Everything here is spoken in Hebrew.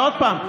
ועוד פעם,